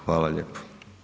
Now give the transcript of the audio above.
Hvala lijepo.